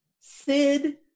Sid